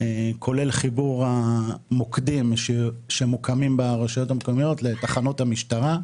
כולל חיבור המוקדים שמוקמים ברשויות המקומיות לתחנות המשטרה.